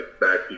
back